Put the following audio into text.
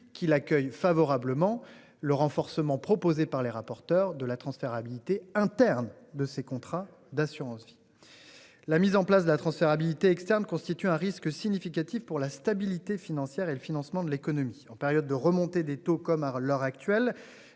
qu'il accueille favorablement le renforcement proposée par les rapporteurs de la transférabilité interne de ces contrats d'assurance vie. La mise en place de la transférabilité externe constitue un risque significatif pour la stabilité financière et le financement de l'économie en période de remontée des taux, comme à l'heure actuelle